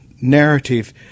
narrative